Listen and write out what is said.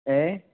ഏഹ്